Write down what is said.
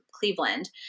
Cleveland